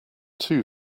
too